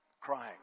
crying